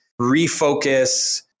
refocus